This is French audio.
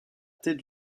tête